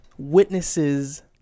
witnesses